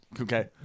Okay